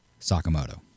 Sakamoto